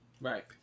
Right